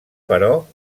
però